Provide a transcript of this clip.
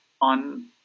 on